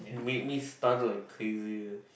made me stun like crazy uh